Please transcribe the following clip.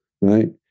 right